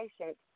patient